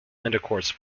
intercourse